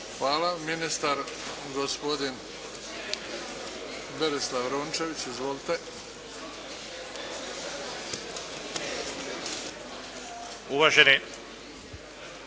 Hvala. Ministar gospodin Berislav Rončević. Izvolite.